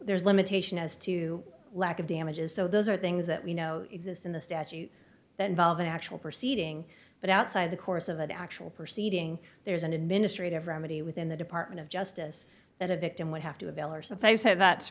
there's limitation as to lack of damages so those are things that we know exist in the statute that involve an actual proceeding but outside the course of actual proceeding there's an administrative remedy within the department of justice that a victim would have to avail or sometimes have that's